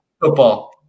Football